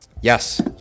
Yes